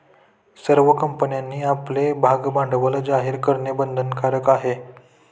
सर्व कंपन्यांनी आपले भागभांडवल जाहीर करणे बंधनकारक आहे